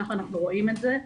ככה אנחנו רואים את זה.